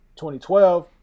2012